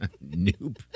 Nope